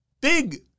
big